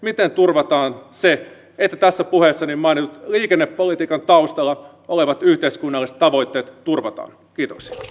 miten turvataan se että tässä puheessani mainitut liikennepolitiikan taustalla olevat yhteiskunnalliset tavoitteet turvataan